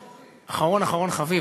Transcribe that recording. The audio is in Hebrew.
אחרון אחרון חביב.